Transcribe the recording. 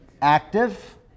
active